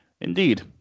Indeed